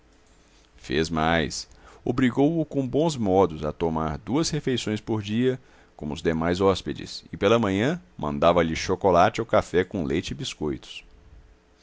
fez mais obrigou-o com bons modos a tomar duas refeições por dia como os demais hóspedes e pela manhã mandava-lhe chocolate ou café com leite e biscoitos